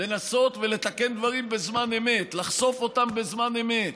לנסות לתקן דברים בזמן אמת, לחשוף אותם בזמן אמת,